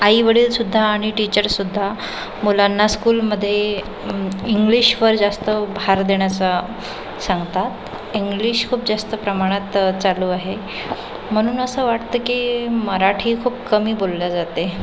आई वडीलसुद्धा आणि टीचरसुद्धा मुलांना स्कूलमध्ये इंग्लिशवर जास्त भर देण्यास सांगतात इंग्लिश खूप जास्त प्रमाणात चालू आहे म्हणून असं वाटतं की मराठी खूप कमी बोलली जाते